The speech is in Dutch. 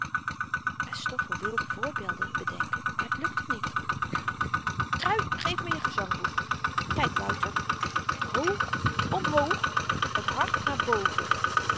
en stoffel wilde voorbeelden bedenken maar t lukte niet trui geef me je gezangboek kyk wouter hoog omhoog het hart naar boven